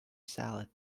salad